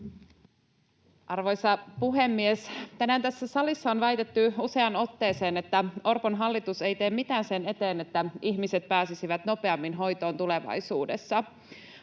Arvoisa puhemies! Tänään tässä salissa on väitetty useaan otteeseen, että Orpon hallitus ei tee mitään sen eteen, että ihmiset pääsisivät nopeammin hoitoon tulevaisuudessa.